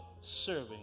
serving